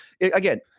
Again